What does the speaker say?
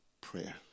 prayer